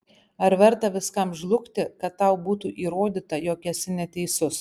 ar verta viskam žlugti kad tau būtų įrodyta jog esi neteisus